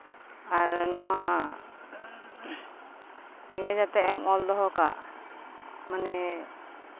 ᱟᱨ ᱱᱚᱣᱟ ᱱᱤᱭᱟᱹ ᱡᱟᱛᱮᱜ ᱮᱢ ᱚᱞ ᱫᱚᱦᱚ ᱠᱟᱜ ᱢᱟᱱᱮ